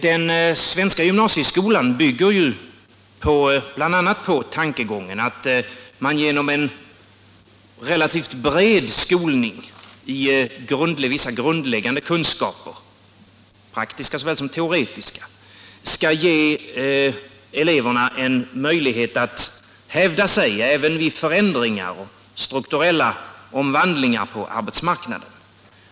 Den svenska gymnasieskolan bygger ju bl.a. på tankegången att man genom en relativt bred skolning i vissa grundläggande ämnen — praktiska såväl som teoretiska — skall ge eleverna möjlighet att hävda sig även vid förändringar och strukturella omvandlingar av arbetsmarknaden.